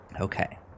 Okay